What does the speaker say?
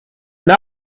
eine